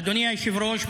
אדוני היושב-ראש,